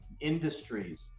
industries